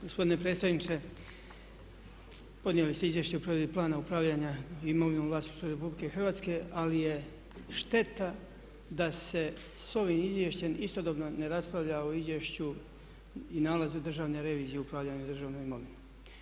Gospodine predstavniče podnijeli ste Izvješće o provedbi Plana upravljanja imovinom u vlasništvu Republike Hrvatske ali je šteta da se s ovim izvješćem istodobno ne raspravlja o Izvješću i nalazu Državne revizije o upravljanju državnom imovinom.